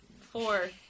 Four